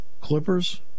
Clippers